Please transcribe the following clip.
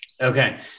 Okay